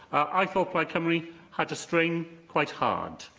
i thought plaid cymru had to strain quite hard,